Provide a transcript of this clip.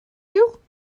you